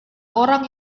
orang